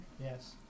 Yes